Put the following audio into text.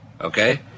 Okay